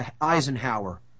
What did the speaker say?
Eisenhower